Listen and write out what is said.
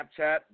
Snapchat